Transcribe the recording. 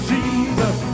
Jesus